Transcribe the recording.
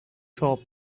shop